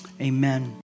amen